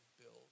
build